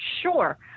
sure